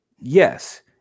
Yes